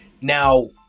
Now